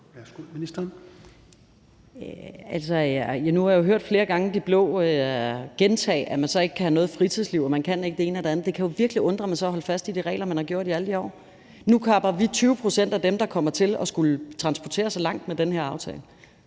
jeg jo flere gange hørt de blå gentage, at man ikke kan have noget fritidsliv, og at man ikke kan både det ene og det andet, og det kan virkelig undre mig, at man så har holdt fast i de regler, man har gjort i alle de år. Nu kapper vi 20 pct. af det i forhold til dem, der kommer til at skulle transportere sig langt, med den her aftale,